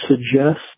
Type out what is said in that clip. suggest